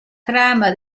trama